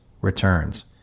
returns